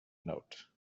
note